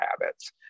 habits